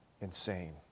insane